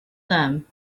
them